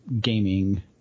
gaming